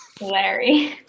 Larry